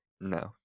No